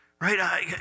Right